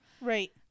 Right